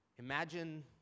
Imagine